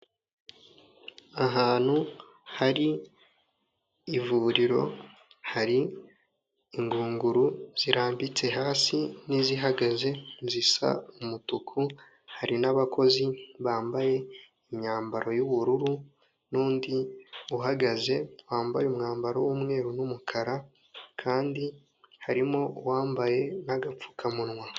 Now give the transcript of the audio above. Ahantu hari ivuriro, hari ingunguru zirambitse hasi n'izihagaze zisa umutuku, hari n'abakozi bambaye imyambaro y'ubururu, n'undi uhagaze wambaye umwambaro w'umweru n'umukara, kandi harimo uwambaye n'agapfukamunwa.